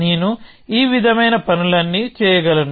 నేను ఈ విధమైన పనులన్నీ చేయగలను